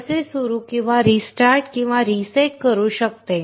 ते कसे सुरू किंवा रीस्टार्ट किंवा रीसेट करू शकते